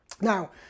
Now